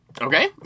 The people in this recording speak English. Okay